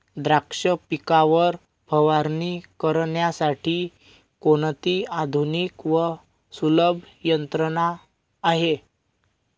द्राक्ष पिकावर फवारणी करण्यासाठी कोणती आधुनिक व सुलभ यंत्रणा आहे?